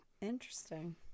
Interesting